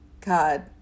god